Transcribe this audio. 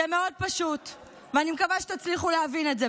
ואני רוצה להגיד לך,